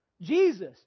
Jesus